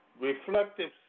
reflective